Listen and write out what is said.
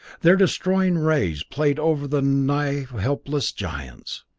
their destroying rays played over the nigh-helpless giants,